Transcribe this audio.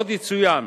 עוד יצוין